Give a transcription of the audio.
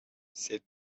ces